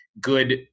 good